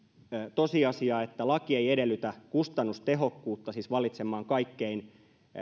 tosiasia että laki ei edellytä kustannustehokkuutta siis valitsemaan kaikkein